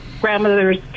grandmother's